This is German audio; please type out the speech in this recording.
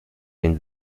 den